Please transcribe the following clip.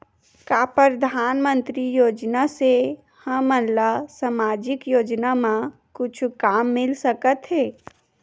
का परधानमंतरी योजना से हमन ला सामजिक योजना मा कुछु काम मिल सकत हे?